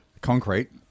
Concrete